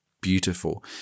beautiful